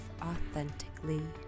authentically